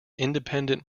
independent